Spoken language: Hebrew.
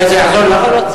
אולי זה יעזור לך?